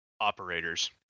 Operators